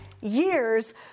years